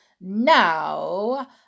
Now